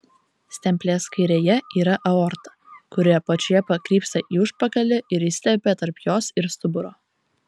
stemplės kairėje yra aorta kuri apačioje pakrypsta į užpakalį ir įsiterpia tarp jos ir stuburo